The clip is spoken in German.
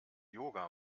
yoga